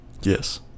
yes